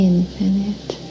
Infinite